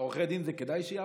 עורכי דין, זה כדאי שיעבדו?